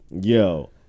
Yo